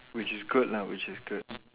which is good lah which is good